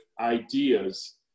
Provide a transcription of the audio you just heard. ideas